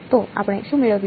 તો આપણે શું મેળવ્યું